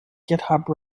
github